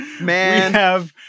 Man